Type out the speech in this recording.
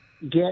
get